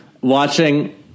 watching